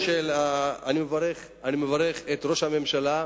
אני מברך את ראש הממשלה,